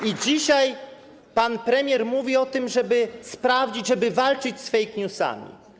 I dzisiaj pan premier mówi o tym, żeby sprawdzić, żeby walczyć z fake newsami.